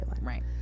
Right